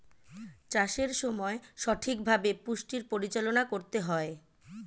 চাষের সময় সঠিকভাবে পুষ্টির পরিচালনা করতে হয়